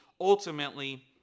ultimately